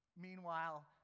meanwhile